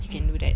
mm